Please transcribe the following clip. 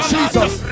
Jesus